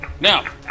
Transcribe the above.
Now